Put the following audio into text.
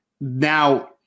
Now